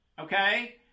okay